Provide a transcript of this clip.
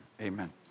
Amen